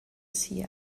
seer